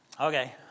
Okay